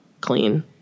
clean